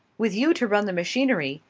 with you to run the machinery,